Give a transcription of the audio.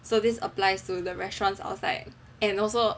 so this applies to the restaurants outside and also